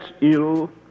ill